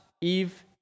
Eve